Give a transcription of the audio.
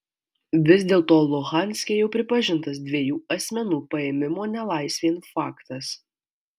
vis dėlto luhanske jau pripažintas dviejų asmenų paėmimo nelaisvėn faktas